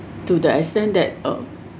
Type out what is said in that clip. to the extent that uh